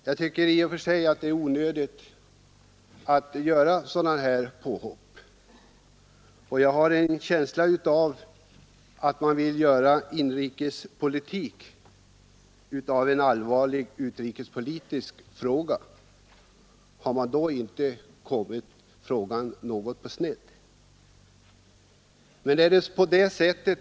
Jag tycker att det är onödigt att göra sådana påhopp. Jag har en känsla av att man vill göra inrikespolitik av en allvarlig utrikespolitisk fråga. Har man då inte kommit något på sned i sitt agerande?